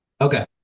okay